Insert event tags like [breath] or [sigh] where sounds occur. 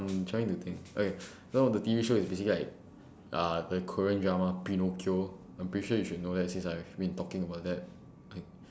no I'm trying to think okay [breath] so the T_V show is basically like uh the korean drama pinocchio I'm pretty sure you should know that since I've been talking about that